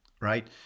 right